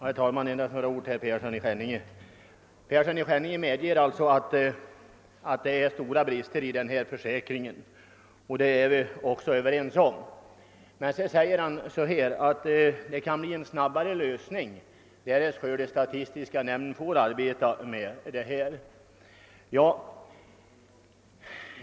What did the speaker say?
Herr talman! Jag vill endast säga några ord till herr Persson i Skänninge. Han medger att det finns stora brister i denna försäkring. Det är vi överens om. Han säger emellertid vidare: Det kan bli en snabbare lösning, därest skördestatistiska nämnden får arbeta med dessa frågor.